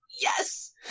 Yes